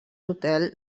hotel